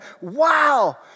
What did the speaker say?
Wow